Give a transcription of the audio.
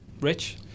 Rich